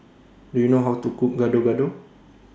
Do YOU know How to Cook Gado Gado